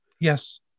Yes